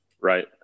Right